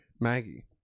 Maggie